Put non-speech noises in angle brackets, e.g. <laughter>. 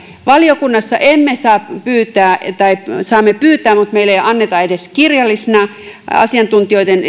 valiokunnassa emme saa pyytää tai saamme pyytää mutta meille ei anneta edes kirjallisena asiantuntijoiden <unintelligible>